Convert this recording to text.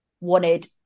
wanted